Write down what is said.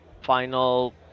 final